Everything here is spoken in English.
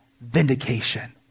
vindication